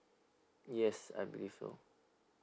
yes I believe so